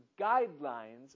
guidelines